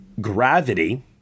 Gravity